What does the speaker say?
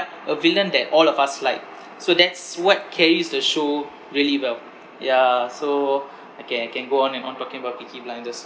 a villain that all of us like so that's what carries the show really well yeah so okay I can go on and on talking about peaky blinders